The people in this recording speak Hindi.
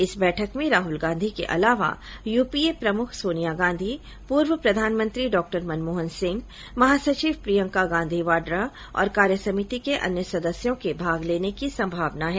इस बैठक में राहुल गांधी के अलावा यूपीए प्रमुख सोनिया गांधी पूर्व प्रधानमंत्री डॉ मनमोहन सिंह महासचिव प्रियंका गांधी वाड्रा और कार्यसमिति के अन्य सदस्यों के भाग लेने की संभावना है